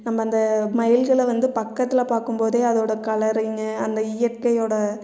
நம்ம அந்த மயில்களை வந்து பக்கத்தில் பார்க்கம் போதே அதோடய கலருங்கு அந்த இயற்கையோடய